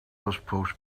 postpone